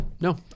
No